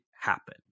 happen